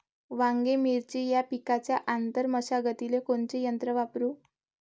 वांगे, मिरची या पिकाच्या आंतर मशागतीले कोनचे यंत्र वापरू?